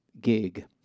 gig